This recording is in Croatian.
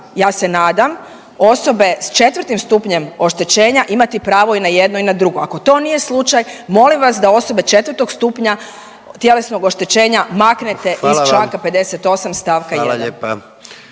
ja se nadam osobe s 4 stupnjem oštećenja imati pravo i na jedno i na drugo. Ako to nije slučaj molim vas da osobe 4 stupnja tjelesnog oštećenja maknete iz …/Upadica: Hvala vam./… Članka